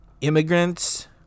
immigrants